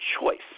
choice